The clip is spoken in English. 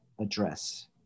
address